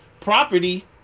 property